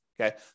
Okay